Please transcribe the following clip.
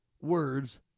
words